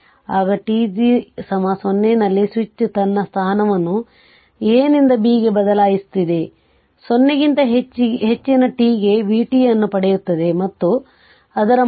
ಈಗ t 0 ನಲ್ಲಿ switch ತನ್ನ ಸ್ಥಾನವನ್ನು A ನಿಂದ B ಗೆ ಬದಲಾಯಿಸುತ್ತಿದೆ 0 ಗಿಂತ ಹೆಚ್ಚಿನ t ಗೆ vt ಅನ್ನು ಪಡೆಯುತ್ತದೆ ಮತ್ತು ಅದರ ಮೌಲ್ಯವನ್ನು t 0